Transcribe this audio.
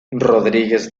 rodríguez